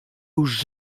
już